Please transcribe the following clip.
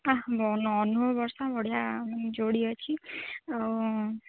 ହେ ଅନୁଭବ ବର୍ଷା ବଢ଼ିଆ ଯୋଡ଼ି ଅଛି ଆଉ